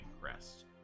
crest